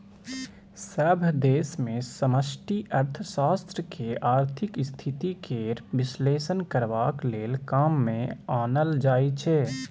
सभ देश मे समष्टि अर्थशास्त्र केँ आर्थिक स्थिति केर बिश्लेषण करबाक लेल काम मे आनल जाइ छै